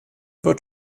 wird